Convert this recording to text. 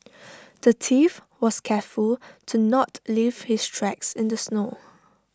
the thief was careful to not leave his tracks in the snow